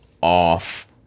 off